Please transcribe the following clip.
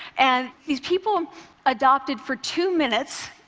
and these people adopted, for two minutes,